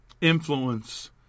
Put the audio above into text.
influence